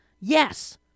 Yes